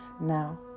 now